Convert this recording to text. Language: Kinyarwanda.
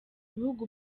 bihugu